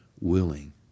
willing